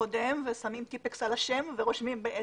הקודם ושמים טיפקס על השם ורושמים.